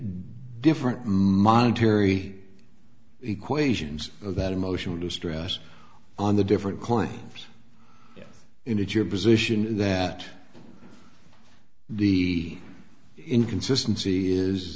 different monetary equations that emotional distress on the different coins in it your position that the inconsistency is